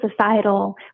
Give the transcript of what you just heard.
societal